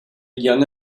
young